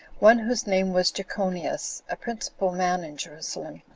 one whose name was jechonias, a principal man in jerusalem,